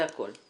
זה הכול?